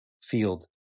field